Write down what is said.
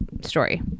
story